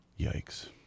Yikes